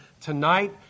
tonight